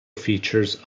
features